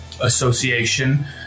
Association